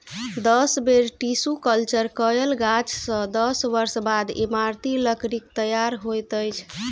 दस बेर tissue culture कयल गाछ सॅ दस वर्ष बाद इमारती लकड़ीक तैयार होइत अछि